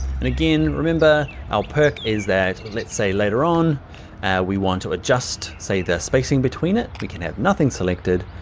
and again, remember, our perk is that, let's say later on we want to adjust say the spacing in between it. we can have nothing selected,